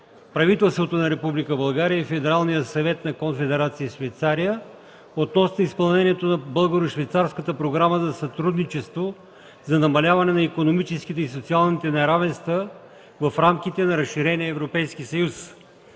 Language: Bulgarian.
правителството на Република България и Федералния съвет на Конфедерация Швейцария относно изпълнението на Българо-швейцарската програма за сътрудничество за намаляване на икономическите и социалните неравенства в рамките на разширения Европейски съюз;